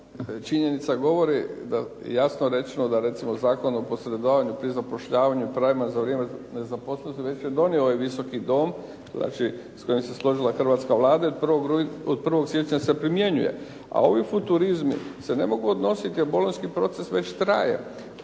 Činjenica govori da jasno rečeno da Zakon o posredovanju pri zapošljavanju trajanja za vrijeme nezaposlenosti već je donio ovaj Visoki dom, znači s kojim se složila hrvatska Vlada i od 1. siječnja se primjenjuje. A ovi futurizmi se ne mogu odnositi, jer Bolonjski proces već traje.